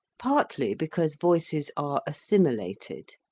partly because voices are assimilated,